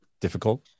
difficult